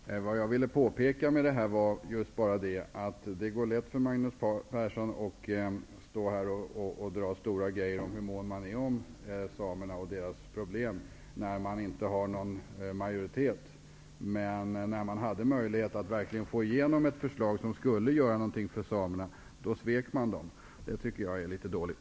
Herr talman! Jag vill påpeka att det är lätt för Magnus Persson att stå här och hävda hur mån man är om samerna och deras problem när man inte är i majoritet. Men när man hade möjlighet att verkligen driva igenom ett förslag som skulle göra något för samerna svek man dem. Jag tycker att det är dåligt.